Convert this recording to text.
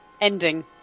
ending